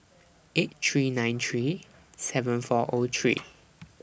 eight three nine three seven four O three